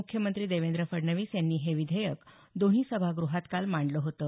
मुख्यमंत्री देवेंद्र फडणवीस यांनी हे विधेयक दोन्ही सभाग़हात काल मांडलं होतं